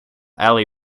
ali